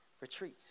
retreat